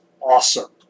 awesome